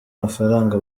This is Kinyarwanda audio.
amafaranga